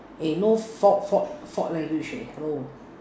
eh no fault fault fault language leh hello